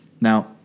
Now